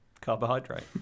carbohydrate